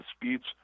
disputes